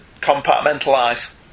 compartmentalise